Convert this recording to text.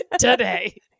today